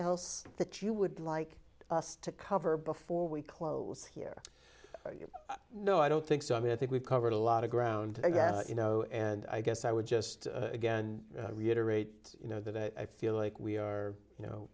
else that you would like us to cover before we close here you know i don't think so i mean i think we've covered a lot of ground you know and i guess i would just again reiterate you know that i feel like we are you know